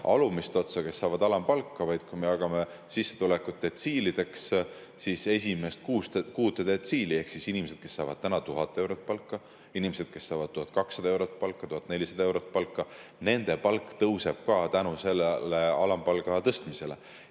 alumist otsa, kes saab alampalka, vaid, kui me jagame sissetulekud detsiilideks, ka esimest kuut detsiili ehk inimesi, kes saavad täna 1000 eurot palka, inimesi, kes saavad 1200 eurot palka, 1400 eurot palka. Ka nende [inimeste] palk tõuseb tänu alampalga tõstmisele.